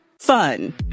Fun